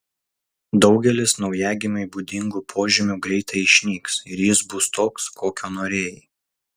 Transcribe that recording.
daugelis naujagimiui būdingų požymių greitai išnyks ir jis bus toks kokio norėjai